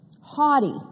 haughty